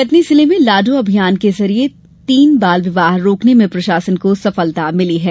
कटनी जिले में लाडो अभियान के जरिये तीन बाल विवाह रोकने में प्रशासन को सफलता मिली है